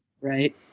right